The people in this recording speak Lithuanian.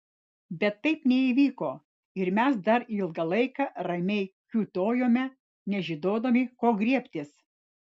bet taip neįvyko ir mes dar ilgą laiką ramiai kiūtojome nežinodami ko griebtis